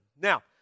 Now